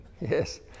Yes